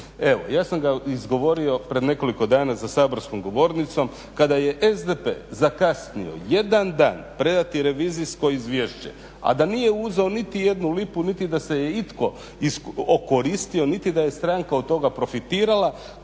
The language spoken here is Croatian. Evo ja sam ga izgovorio pred nekoliko dana za saborskom govornicom kada je SDP zakasnio jedan dan predati revizijsko izvješće, a da nije uzeo niti jednu lipu, niti da se itko okoristio, niti da je stranka od toga profitira,